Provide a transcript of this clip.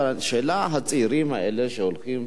אבל השאלה: הצעירים האלה שהולכים,